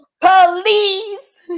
Police